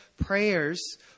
prayers